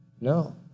No